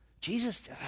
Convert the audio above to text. Jesus